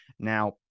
Now